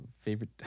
Favorite